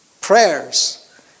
prayers